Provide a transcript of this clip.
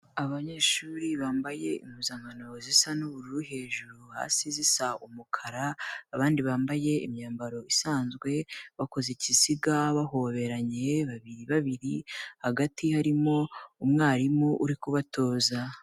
Abanyeshuri bambaye impuzankano zisa n'ubururu hejuru hasi zisa umukara, abandi bambaye imyambaro isanzwe, bakoze ikiziga bahoberanye babiri babiri, hagati harimo umwarimu uri kubatoza.